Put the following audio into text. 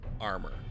armor